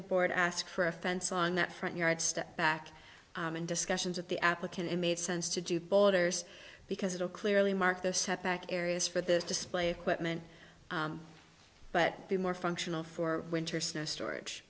the board asked for a fence on that front yard step back and discussions of the applicant it made sense to do borders because it will clearly mark the setback areas for this display equipment but be more functional for winter snow storage